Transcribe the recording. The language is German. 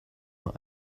nur